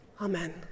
Amen